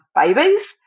babies